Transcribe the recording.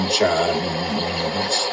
chance